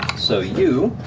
so you,